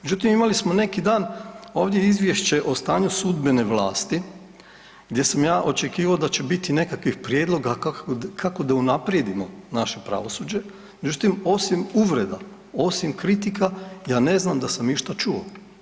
Međutim imali smo neki dan ovdje izvješće o stanju sudbene vlasti gdje sam ja očekivao da će biti nekakvih prijedloga kako da unaprijedimo naše pravosuđe, međutim osim uvreda, osim kritika ja ne znam da sam išta čuo.